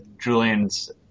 Julian's